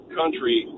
country